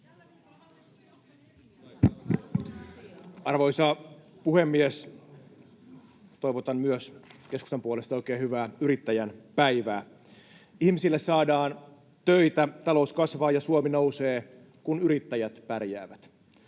Arvoisa puhemies! Toivotan myös keskustan puolesta oikein hyvää yrittäjän päivää. Ihmisille saadaan töitä, talous kasvaa ja Suomi nousee, kun yrittäjät pärjäävät.